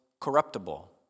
corruptible